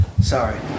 Sorry